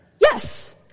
yes